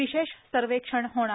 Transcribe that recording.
विशेष सर्वेक्षण होणार